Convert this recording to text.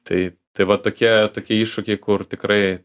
tai tai va tokie tokie iššūkiai kur tikrai